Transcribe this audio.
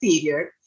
period